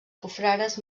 confrares